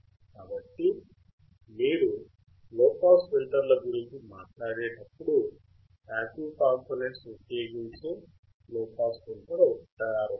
కాబట్టి మీరు లోపాస్ ఫిల్టర్ల గురించి మాట్లాడేటప్పుడు పాసివ్ కాంపోనెంట్స్ ఉపయోగించే లోపాస్ ఫిల్టర్ అవుతుంది